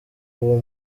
uwo